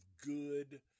good